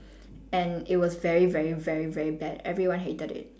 and it was very very very very bad everyone hated it